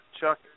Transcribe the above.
Chuck